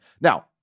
now